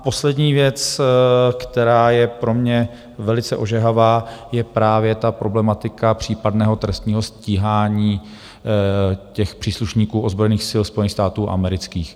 Poslední věc, která je pro mě velice ožehavá, je právě ta problematika případného trestního stíhání těch příslušníků ozbrojených sil Spojených států amerických.